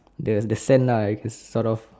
the the sand lah it sort of